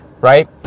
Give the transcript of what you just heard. right